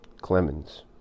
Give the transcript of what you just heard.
Clemens